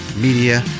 media